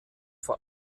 vor